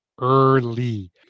early